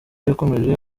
yakomeje